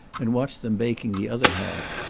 and watch them baking the other half,